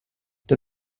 der